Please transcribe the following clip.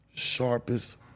sharpest